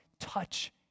touch